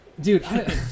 Dude